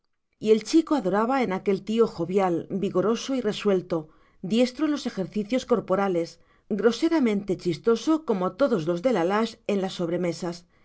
y el chico adoraba en aquel tío jovial vigoroso y resuelto diestro en los ejercicios corporales groseramente chistoso como todos los de la lage en las sobremesas